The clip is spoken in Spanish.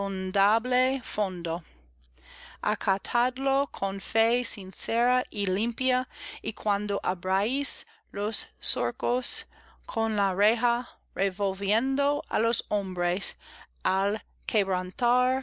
fondo acatadlo con fe sincera y limpia y cuando abráis los surcos con la reja revolviendo á los hombres al